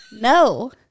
No